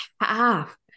half